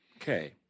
Okay